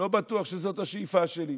לא בטוח שזו השאיפה שלי.